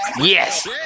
Yes